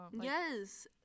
yes